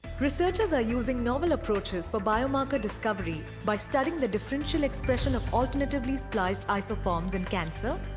researchers are using novel approaches for biomarker discovery by studying the differential expression of alternatively spliced isoforms in cancer,